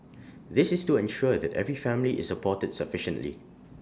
this is to ensure that every family is supported sufficiently